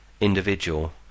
individual